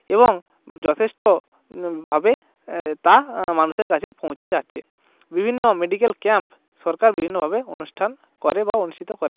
এবং যথেষ্ট ভাবে তা মানুষের কাছে পৌঁছে যাচ্ছে বিভিন্ন মেডিকেল ক্যাম্প সরকার বিভিন্নভাবে অনুষ্ঠান করে বা অনুষ্ঠিত করে